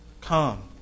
Come